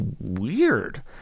weird